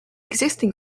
existing